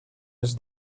els